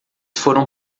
foram